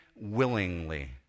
willingly